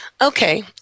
Okay